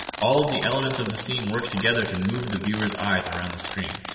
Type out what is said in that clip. all of the elements of the scene work together to move the viewers eyes around the screen.